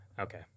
Okay